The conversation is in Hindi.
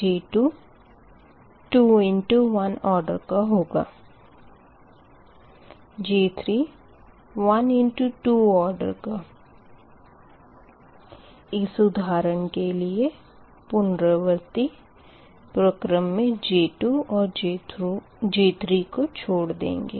J2 2 इंटु 1 ऑडर का होगा J3 1 इंटु 2 ऑडर इस उदाहरण के लिए पुनरावर्ती प्रक्रम मे J2 और J3 को छोड़ देंगे